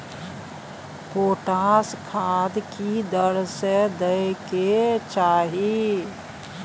Potash खाद की दर से दै के चाही?